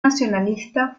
nacionalista